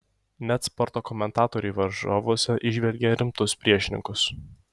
net sporto komentatoriai varžovuose įžvelgia rimtus priešininkus